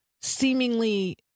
seemingly